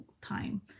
time